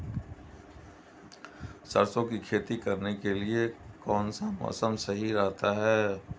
सरसों की खेती करने के लिए कौनसा मौसम सही रहता है?